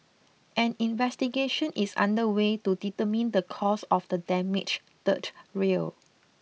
an investigation is under way to determine the cause of the damaged third rail